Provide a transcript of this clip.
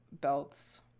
belts